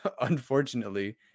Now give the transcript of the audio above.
unfortunately